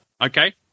okay